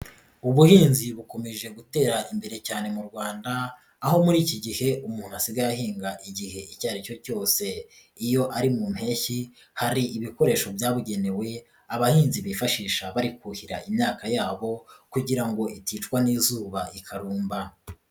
Ubuhinzi bukomeje gutera imbere cyane mu Rwanda, aho muri iki gihe umuntu asigaye ahinga igihe icyo aricyo cyose. Iyo ari mu Mpeshyi, hari ibikoresho byabugenewe abahinzi bifashisha bari kuhira imyaka yabo kugira ngo iticwa n'izuba ikarumba.